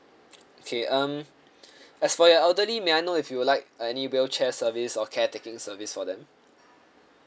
okay um as for your elderly may I know if you would like any wheelchair service or care taking service for them